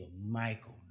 Michael